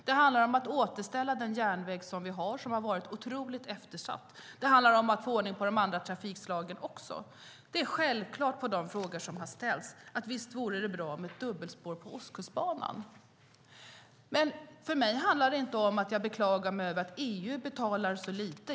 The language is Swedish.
Det handlar om att återställa järnvägen, som har varit otroligt eftersatt. Det handlar om att få ordning på de andra trafikslagen också. Det är självklart, som svar på de frågor som har ställts, att det vore bra med ett dubbelspår på Ostkustbanan. Det handlar inte om att jag beklagar mig över att EU betalar för lite.